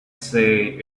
say